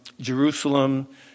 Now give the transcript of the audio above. Jerusalem